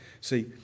See